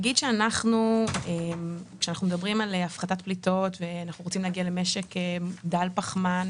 כאשר אנחנו מדברים על הפחתת פליטות ואנחנו רוצים להגיע למשק דל פחמן,